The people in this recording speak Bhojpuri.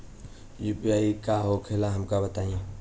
यू.पी.आई का होखेला हमका बताई?